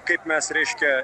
kaip mes reiškia